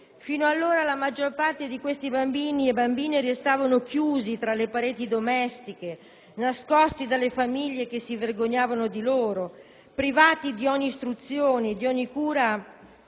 infatti, la maggior parte di questi bambini e bambine restava chiusa tra le pareti domestiche, nascosta dalle famiglie che si vergognano di loro, privata di ogni istruzione e di ogni cura